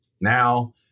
now